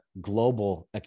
global